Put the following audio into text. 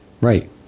right